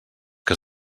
que